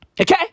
Okay